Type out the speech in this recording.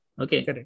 okay